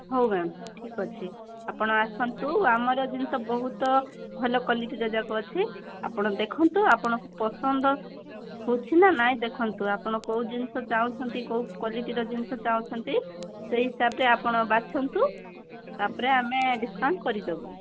ହେଉ ମ୍ୟାମ୍ ଠିକ ଅଛି ଆପଣ ଆସନ୍ତୁ ଆମର ଜିନିଷ ବହୁତ ଭଲ କ୍ୱାଲିଟିର ଯାକ ଅଛି ଆପଣ ଦେଖନ୍ତୁ ଆପଣଙ୍କୁ ପସନ୍ଦ ହେଉଛି ନା ନାହିଁ ଦେଖନ୍ତୁ ଆପଣ କେଉଁ ଜିନିଷ ଚାହୁଁଛନ୍ତି କେଉଁ କ୍ୱାଲିଟିର ଜିନିଷ ଚାଁହୁଛନ୍ତି ସେଇ ହିସାବରେ ଆପଣ ବାଛନ୍ତୁ ତା'ପରେ ଆମେ ଡ଼ିସକାଉଣ୍ଟ କରିଦବୁ